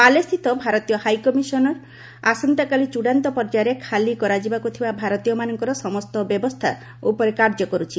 ମାଲେସ୍କିତ ଭାରତୀୟ ହାଇକମିଶନ ଆସନ୍ତାକାଲି ଚୂଡ଼ାନ୍ତ ପର୍ଯ୍ୟାୟରେ ଖାଲି କରାଯିବାକୁ ଥିବା ଭାରତୀୟମାନଙ୍କର ସମସ୍ତ ବ୍ୟବସ୍ଥା ଉପରେ କାର୍ଯ୍ୟ କରୁଛି